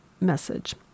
Message